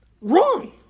wrong